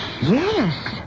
Yes